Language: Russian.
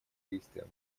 действиям